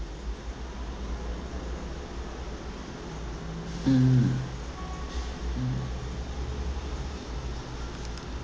mm mm